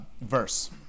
verse